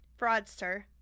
fraudster